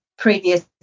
Previous